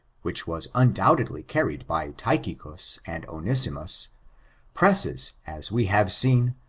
which was undoubtedly carried by tychicus and onesimus presses, as we have seen,